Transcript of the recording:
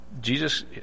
Jesus